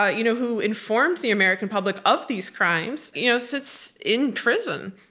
ah you know who informs the american public of these crimes you know sits in prison?